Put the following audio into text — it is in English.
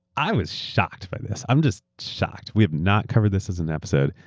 i was shocked by this. i'm just shocked. we have not covered this as an episode.